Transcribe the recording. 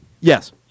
Yes